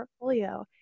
portfolio